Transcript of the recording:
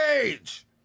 age